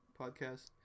Podcast